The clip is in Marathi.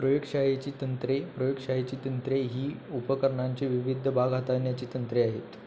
प्रयोगशाळेची तंत्रे प्रोयोगशाळेची तंत्रे ही उपकरणांचे विविध भाग हाताळण्याची तंत्रे आहेत